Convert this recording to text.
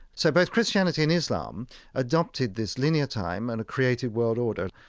so both christianity and islam adopted this linear time and a creative world order,